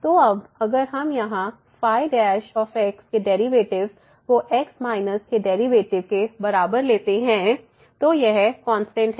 तो अब अगर हम यहाँ ϕ के डेरिवेटिव को x माइनस के डेरिवेटिव के बराबर लेते हैं तो यह कांस्टेंट है